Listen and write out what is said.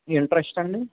interest అండి